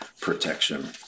protection